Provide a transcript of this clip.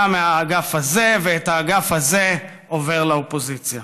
מהאגף הזה ואת האגף הזה עובר לאופוזיציה.